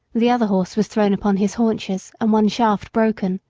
the other horse was thrown upon his haunches and one shaft broken.